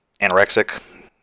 anorexic